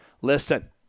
Listen